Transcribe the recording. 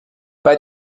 bei